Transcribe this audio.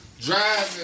driving